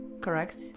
Correct